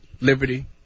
liberty